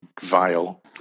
vile